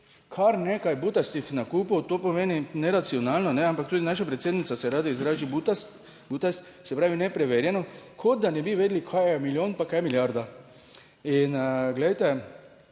kar nekaj butastih nakupov, to pomeni neracionalno, ampak tudi naša predsednica se rada izrazi butast, butast, se pravi nepreverjeno, kot da ne bi vedeli, kaj je milijon pa kaj je milijarda. In glejte,